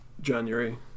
January